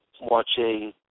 watching